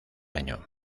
año